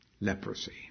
Leprosy